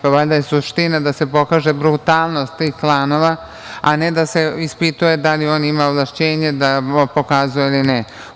Pa valjda je suština da se pokaže brutalnost tih klanova, a ne da se ispituje da li on ima ovlašćenje da pokazuje ili ne.